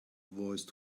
voice